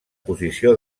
posició